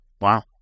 Wow